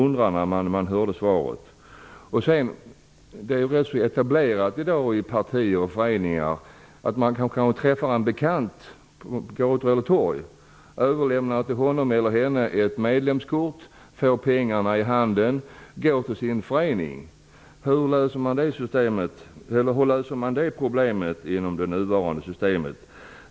I dag är det ganska väl etablerat att man, när man från partier och föreningar träffar bekanta på gator och torg, överlämnar ett medlemskort. Man får medlemsavgiften direkt i handen och går med den till sin förening. Hur löser man detta problem inom ramen för nuvarande system?